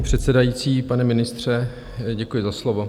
Paní předsedající, pane ministře, děkuji za slovo.